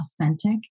authentic